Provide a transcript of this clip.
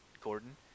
Gordon